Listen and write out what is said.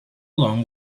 long